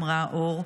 אמרה אור,